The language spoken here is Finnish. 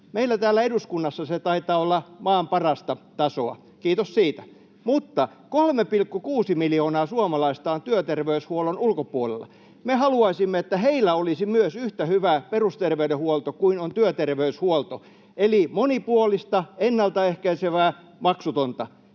Meillä täällä eduskunnassa se taitaa olla maan parasta tasoa, ja kiitos siitä. Mutta 3,6 miljoonaa suomalaista on työterveyshuollon ulkopuolella. Me haluaisimme, että myös heillä olisi yhtä hyvä perusterveydenhuolto kuin on työterveyshuolto, eli monipuolista, ennaltaehkäisevää ja maksutonta.